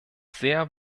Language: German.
sehr